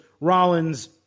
Rollins